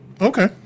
Okay